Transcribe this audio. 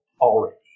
already